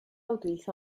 utilizó